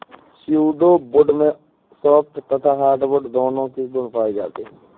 pseudo wood में soft तथा hardwood दोनों के गुण पाए जाते हैं